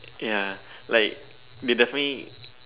ya like they definitely